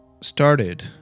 started